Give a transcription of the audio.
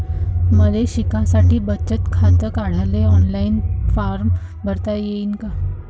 मले शिकासाठी बचत खात काढाले ऑनलाईन फारम भरता येईन का?